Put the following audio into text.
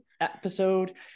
episode